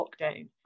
lockdown